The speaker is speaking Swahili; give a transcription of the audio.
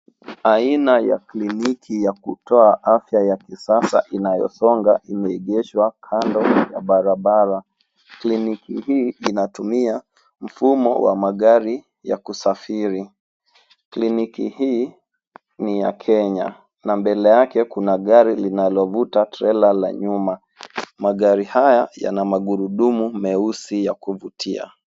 Aina ya kliniki ya kutoa afya ya kisasa inayosonga imeegeshwa kando ya barabara. Kliniki hii inatumia mfumo wa magari ya kusafiri. Kliniki hii ni ya Kenya na mbele yake kuna gari linalovuta trela la nyuma. Magari haya yana magurudumu meusi ya kuvutia.